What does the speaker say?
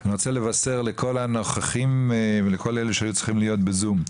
אני רוצה לבשר לכל הנוכחים ולכל אלה שהיו צריכים להיות בזום,